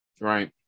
Right